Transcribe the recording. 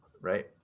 Right